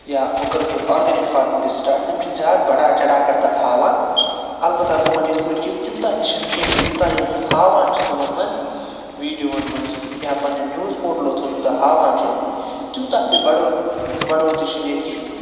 یا وۄنۍ کٔرٕکھ ییٚتہِ آرگٮ۪نِک فارمِنٛگ تہِ سِٹاٹ تِم چھِنہٕ زیادٕ بڑا چڑا کَر تَتھ ہاوان اَلبتہ بہٕ وَنہٕ یِتھ پٲٹھۍ کہِ تیوٗتاہ تہِ چھِنہٕ کیٚنٛہہ یوٗتاہ یِم ہاوان چھِ تِمَن منٛز ویٖڈیووَن منٛز یا پَنٛنہِ نِوٕز پوٹلو تھرٛوٗ یوٗتاہ ہاوان چھِ تیوٗتاہ تہِ بڑو بڑوتی چھِنہٕ ییٚتہِ کِہیٖنۍ